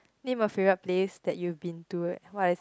name a favourite place that you been to like what is it